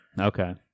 Okay